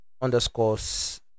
underscores